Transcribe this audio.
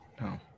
No